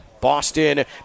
Boston